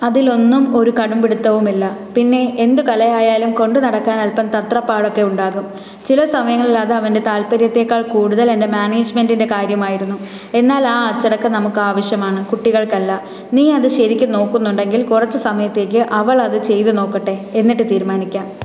അതിലൊന്നും ഒരു കടുംപിടുത്തവുമില്ല പിന്നെ എന്ത് കല ആയാലും കൊണ്ടുനടക്കാൻ അല്പം തത്രപ്പാടൊക്കെ ഉണ്ടാകും ചില സമയങ്ങളിൽ അത് അവന്റെ താൽപ്പര്യത്തേക്കാൾ കൂടുതൽ എന്റെ മാനേജ്മെന്റിന്റെ കാര്യമായിരുന്നു എന്നാൽ ആ അച്ചടക്കം നമുക്ക് ആവശ്യമാണ് കുട്ടികൾക്കല്ല നീ അത് ശരിക്കും നോക്കുന്നുണ്ടങ്കില് കുറച്ച് സമയത്തേക്ക് അവൾ അത് ചെയ്ത് നോക്കട്ടെ എന്നിട്ട് തീരുമാനിക്കാം